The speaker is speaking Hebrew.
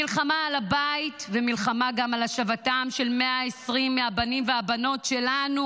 מלחמה על הבית ומלחמה גם על השבתם של 120 מהבנים והבנות שלנו,